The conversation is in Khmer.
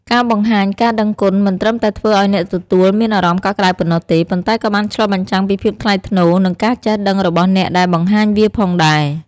ការបង្ហាញការដឹងគុណមិនត្រឹមតែធ្វើឲ្យអ្នកទទួលមានអារម្មណ៍កក់ក្ដៅប៉ុណ្ណោះទេ ប៉ុន្តែក៏បានឆ្លុះបញ្ចាំងពីភាពថ្លៃថ្នូរ និងការចេះដឹងរបស់អ្នកដែលបង្ហាញវាផងដែរ។